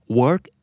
work